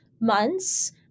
months